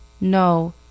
No